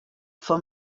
for